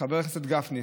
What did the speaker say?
חבר הכנסת גפני,